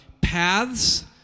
paths